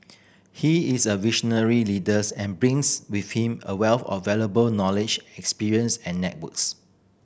he is a visionary leaders and brings with him a wealth of valuable knowledge experience and networks